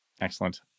Excellent